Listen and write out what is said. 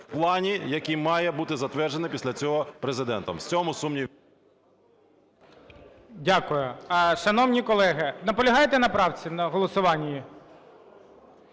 в плані, який має бути затверджений після цього Президентом. В цьому сумнівів… ГОЛОВУЮЧИЙ. Дякую. Шановні колеги, наполягаєте на правці, на голосуванні?